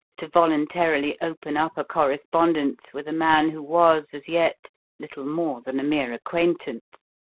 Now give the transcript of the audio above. to voluntarily open up a correspondence with a man who was as yet little more than a mere acquaintance